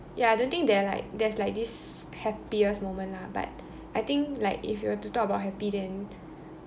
ya I don't like there are like there's like this happiest moment lah but I think like if you were to talk about happy then